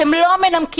אתם לא מנמקים.